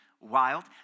wild